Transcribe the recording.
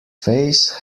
face